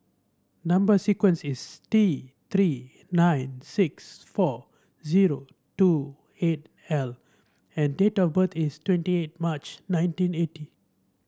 number sequence is T Three nine six four zero two eight L and date of birth is twenty eight March nineteen eighty